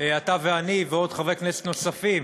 אתה ואני ועוד חברי כנסת נוספים,